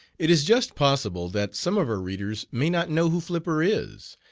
it is just possible that some of our readers may not know who flipper is.